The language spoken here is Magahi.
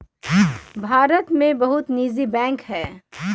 भारत में बहुते निजी बैंक हइ